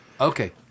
Okay